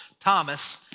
Thomas